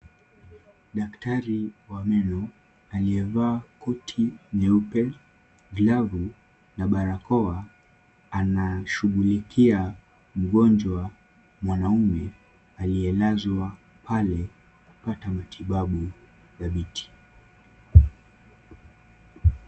Daktari wa meno aliyevaa koti nyeupe, glavu na barakoa anashughulikia mgonjwa mwanaume aliyelazwa pale kupata matibabu dhabiti.